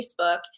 Facebook